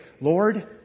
Lord